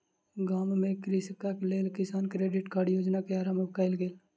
गाम में कृषकक लेल किसान क्रेडिट कार्ड योजना के आरम्भ कयल गेल